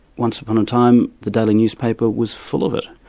once upon a time, the daily newspaper was full of it.